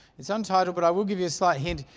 it's untitled, but i will give you a slight hint.